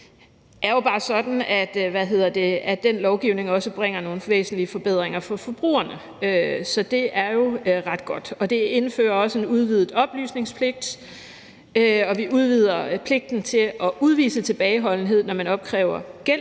Det er sådan, at den lovgivning også bringer nogle væsentlige forbedringer for forbrugerne, så det er jo ret godt. Det indfører også en udvidet oplysningspligt, og vi udvider pligten til at udvise tilbageholdenhed, når man opkræver gæld.